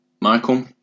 Michael